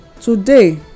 Today